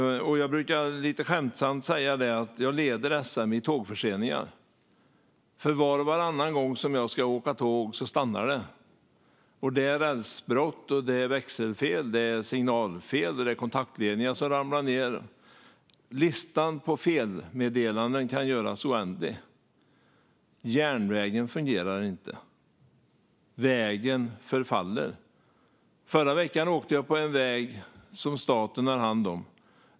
Jag brukar lite skämtsamt säga att jag leder SM i tågförseningar. Var och varannan gång som jag ska åka tåg stannar det på grund av rälsbrott, växelfel, signalfel, kontaktledningar som ramlar ned - listan på felmeddelanden kan göras oändlig. Järnvägen fungerar inte, och vägen förfaller. Förra veckan åkte jag på en väg som staten har hand om.